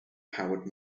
powered